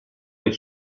les